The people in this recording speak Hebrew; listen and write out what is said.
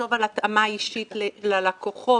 לחשוב על התאמה אישית ללקוחות,